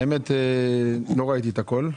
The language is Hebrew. למען האמת לא ראיתי את הכול.